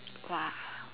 !wah!